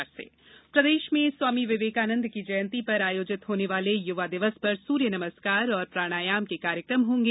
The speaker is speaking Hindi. जयंती सूर्य नमस्कार प्रदेश में स्वामी विवेकानन्द की जयंती पर आयोजित होने वाले युवा दिवस पर सूर्य नमस्कार एवं प्राणायाम के कार्यक्रम होंगे